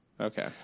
Okay